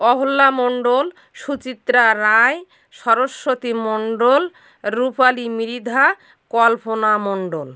Ahalya Mondal Suchitra Roy Saraswati Mondal Rupali Mridha Kalpana Mondal